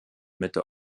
mitte